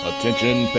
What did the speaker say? Attention